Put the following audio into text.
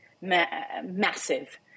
massive